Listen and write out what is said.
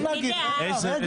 רגע.